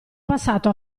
passato